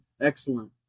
excellent